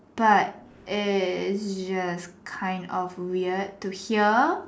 but is just kind of weird to hear